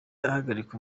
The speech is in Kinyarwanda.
ahagarika